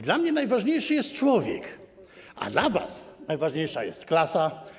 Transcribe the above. Dla mnie najważniejszy jest człowiek, a dla was najważniejsza jest klasa.